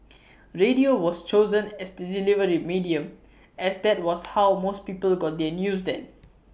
radio was chosen as the delivery medium as that was how most people got their news then